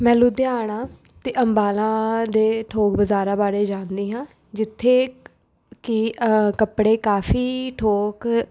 ਮੈਂ ਲੁਧਿਆਣਾ ਅਤੇ ਅੰਬਾਲਾ ਦੇ ਥੋਕ ਬਜ਼ਾਰਾਂ ਬਾਰੇ ਜਾਣਦੀ ਹਾਂ ਜਿੱਥੇ ਕਿ ਕੱਪੜੇ ਕਾਫ਼ੀ ਥੋਕ